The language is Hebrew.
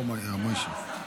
בוא מהר, משה.